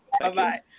Bye-bye